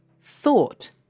thought